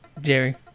Jerry